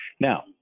Now